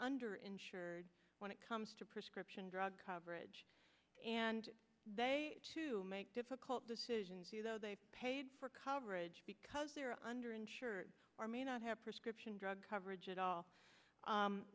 under insured when it comes to prescription drug coverage and they make difficult decisions too though they paid for coverage because they're under insured or may not have prescription drug coverage at all